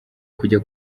kujya